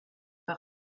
par